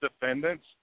defendants